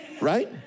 Right